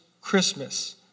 Christmas